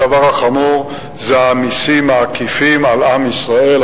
הדבר החמור זה המסים העקיפים על עם ישראל,